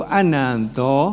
ananto